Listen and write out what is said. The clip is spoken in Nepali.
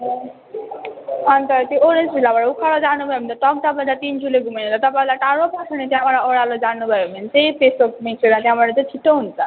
ए अन्त त्यो ओरेन्ज भिल्लाबाट उकालो जानुभयो भने त तकदाहबाट तिनचुले घुमेर त तपाईँलाई टाढो पर्छ नि त्यहाँबाट ओह्रालो जानुभयो भने चाहिँ पेसोक निस्केर त्यहाँबाट चाहिँ छिटो हुन्छ